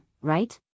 right